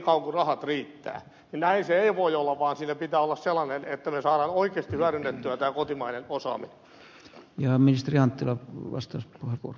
näin se ei voi olla vaan siinä pitää olla sellainen tavoite että saadaan oikeasti hyödynnettyä tämä kotimainen osaaminen ja ministeri anttila vastasi rumpu